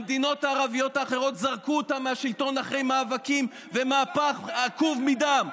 במדינות ערביות אחרות זרקו אותם מהשלטון אחרי מאבקים ומהפך עקוב מדם,